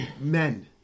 men